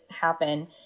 happen